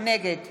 נגד